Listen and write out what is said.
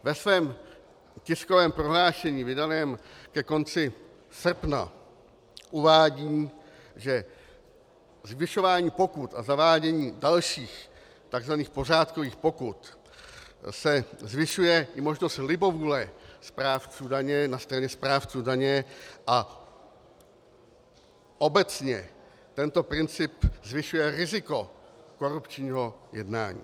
Ve svém tiskovém prohlášení vydaném ke konci srpna uvádí, že zvyšováním pokut a zaváděním dalších takzvaných pořádkových pokut se zvyšuje i možnost libovůle správců daně na straně správců daně a obecně tento princip zvyšuje riziko korupčního jednání.